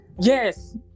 Yes